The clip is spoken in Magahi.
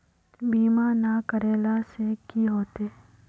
बीमा ना करेला से की होते?